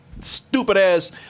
stupid-ass